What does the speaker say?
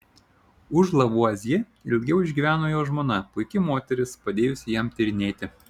už lavuazjė ilgiau išgyveno jo žmona puiki moteris padėjusi jam tyrinėti